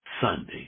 Sunday